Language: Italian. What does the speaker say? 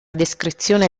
descrizione